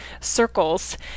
circles